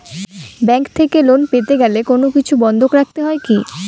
Bank থেকে loan পেতে গেলে কোনো কিছু বন্ধক রাখতে হয় কি?